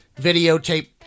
Videotape